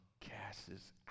casts